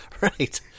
Right